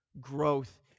growth